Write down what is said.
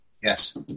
Yes